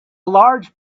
large